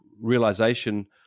realization